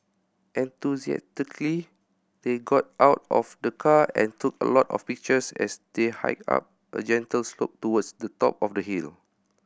enthusiastically they got out of the car and took a lot of pictures as they hiked up a gentle slope towards the top of the hill